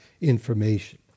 information